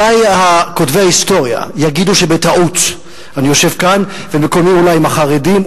אולי כותבי ההיסטוריה יגידו שבטעות אני יושב כאן ומקומי אולי עם החרדים,